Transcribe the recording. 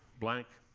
blank.